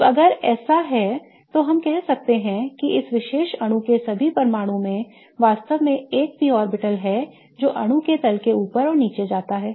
अब अगर ऐसा है तो हम कह सकते हैं कि इस विशेष अणु के सभी परमाणुओं में वास्तव में एक p ऑर्बिटल्स है जो अणु के तल से ऊपर और नीचे जाता है